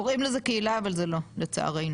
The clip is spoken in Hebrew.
קוראים לזה קהילה אבל זה לא, לצערנו.